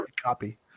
Copy